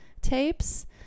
tapes